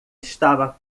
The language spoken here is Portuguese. estava